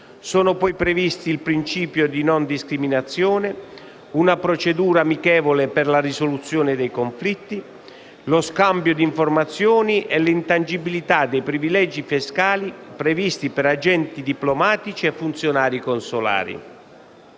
Sono poi previsti il principio di non discriminazione, una procedura amichevole per la risoluzione dei conflitti, lo scambio d'informazioni e l'intangibilità dei privilegi fiscali previsti per agenti diplomatici e funzionari consolari.